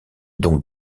donc